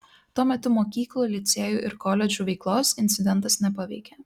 tuo metu mokyklų licėjų ir koledžų veiklos incidentas nepaveikė